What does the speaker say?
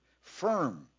firm